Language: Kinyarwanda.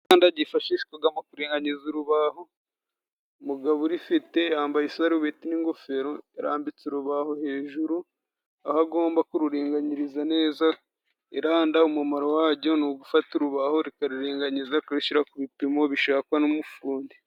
Iranda ryifashishwaga mu kuringanyiza urubaho. Umugabo urifite yambaye isarubeti n'ingofero arambitse urubaho hejuru, aho agomba kururinganyiriza neza. Iranda umumaro waryo ni ugufata urubaho, rikariringanyiza rikarishyira ku bipimo bishakwa n'umufundi.